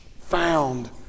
found